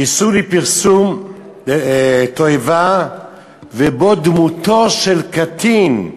איסור פרסום תועבה ובו דמותו של קטין,